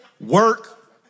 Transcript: work